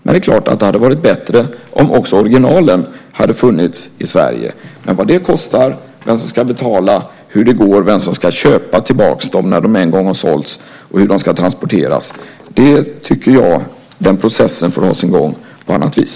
Det är klart att det hade varit bättre om också originalen hade funnits i Sverige, men när det gäller vad detta kostar, vem som ska betala, vem som ska köpa tillbaka dem när de en gång har sålts och hur de ska transporteras tycker jag att processen får ha sin gång på annat vis.